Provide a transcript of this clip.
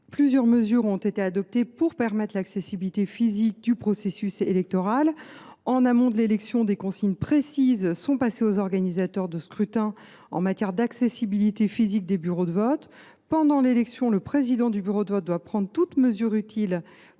plusieurs mesures ont été adoptées visant à permettre l’accessibilité physique du processus électoral. En amont de l’élection, des consignes précises sont passées aux organisateurs de scrutin en matière d’accessibilité physique des bureaux de vote. Pendant l’élection, le président du bureau de vote doit prendre toute mesure utile